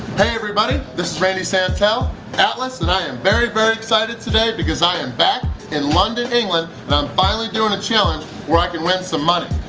hey everybody this is randy santel atlas and i am very very excited today because i am back in london, england and i'm finally doing a challenge where i can win some money!